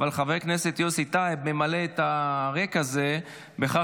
אבל חבר הכנסת יוסי טייב ממלא את הריק הזה בכך